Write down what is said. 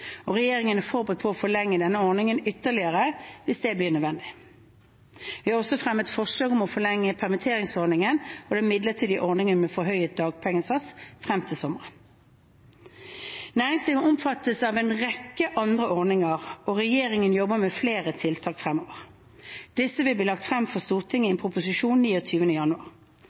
og regjeringen er forberedt på å forlenge denne ordningen ytterligere hvis det blir nødvendig. Vi har også fremmet forslag om å forlenge permitteringsordningen og den midlertidige ordningen med forhøyet dagpengesats frem til sommeren. Næringslivet omfattes også av en rekke andre ordninger, og regjeringen jobber med flere tiltak fremover. Disse vil bli lagt frem for Stortinget i en proposisjon 29. januar.